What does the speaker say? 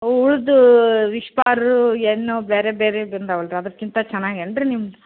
ಅವು ಉಳ್ದ ವಿಶ್ಪಾರ್ರೂ ಎನ್ನು ಬೇರೆ ಬೇರೆ ಬಂದಾವಲ್ಲ ರಿ ಅದಕ್ಕಿಂತ ಚೆನ್ನಾಗೇನು ರೀ ನಿಮ್ದು